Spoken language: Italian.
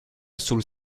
sul